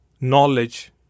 knowledge